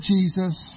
Jesus